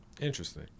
Interesting